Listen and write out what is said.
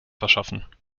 verschaffen